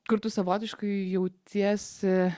kur tu savotiškai jautiesi